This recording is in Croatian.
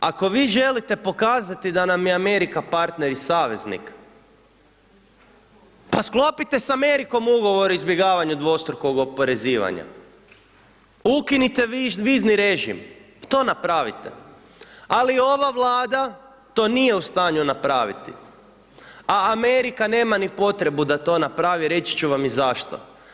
Ako vi želite pokazati da nam je Amerika partner i saveznik, pa sklopite sa Amerikom ugovor o izbjegavanju dvostrukog oporezivanja, ukinute vizni režim, to napravite, ali ova vlada to nije u stanju napraviti, a Amerika nema ni potrebu da to napravi, reći ću vam i zašto.